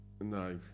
No